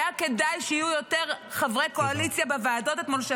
היה כדאי שיהיו יותר חברי קואליציה בוועדות אתמול -- תודה.